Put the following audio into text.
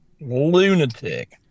lunatic